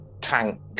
tank